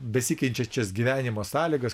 besikeičiančios gyvenimo sąlygos